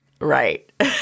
Right